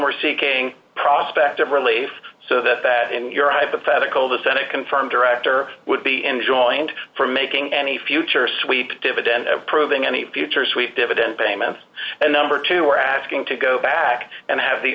we're seeking prospect of relief so that that in your hypothetical the senate confirm director would be enjoined from making any future sweet dividend approving any future sweet dividend payments and number two are asking to go back and have the